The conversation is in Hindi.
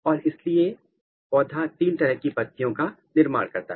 और इसीलिए है पौधा तीन तरह की पत्तियों का निर्माण करता है